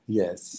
yes